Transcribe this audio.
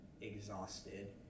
exhausted